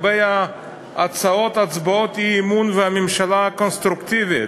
לגבי ההצעות על הצבעות אי-אמון והממשלה האלטרנטיבית,